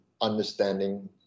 understanding